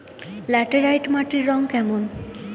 Laterite মাটির রং কেমন?